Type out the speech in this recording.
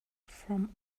from